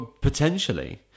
Potentially